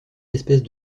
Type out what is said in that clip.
espèces